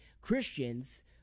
Christians